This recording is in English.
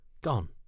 gone